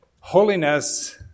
holiness